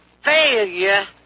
failure